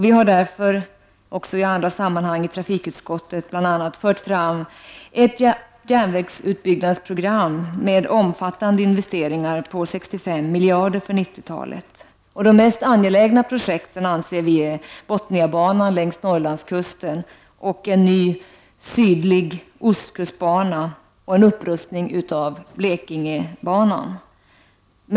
Vi har därför också i andra sammanhang, i trafikutskottet bl.a., fört fram ett järnvägsutbyggnadsprogram med omfattande investeringar på 65 miljarder för 1990-talet. De mest angelägna projekten anser vi vara Bothnia-banan längs Norrlandskusten, en ny sydlig ostkustbana och upprustad Blekingebana.